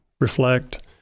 reflect